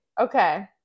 Okay